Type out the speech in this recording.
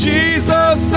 Jesus